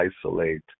isolate